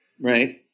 Right